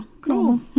cool